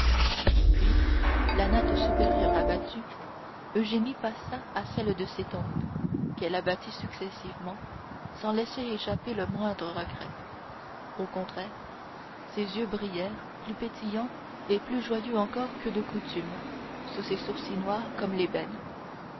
puis la natte supérieure abattue eugénie passa à celles de ses tempes qu'elle abattit successivement sans laisser échapper le moindre regret au contraire ses yeux brillèrent plus pétillants et plus joyeux encore que de coutume sous ses sourcils noirs comme l'ébène